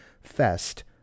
Fest